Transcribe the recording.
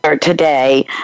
today